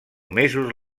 mesos